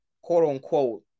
quote-unquote